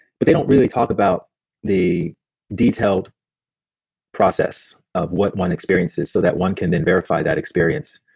but they don't really talk about the detailed process of what one experiences, so that one can then verify that experience.